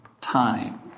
time